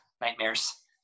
Nightmares